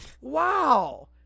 Wow